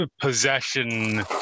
possession